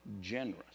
generous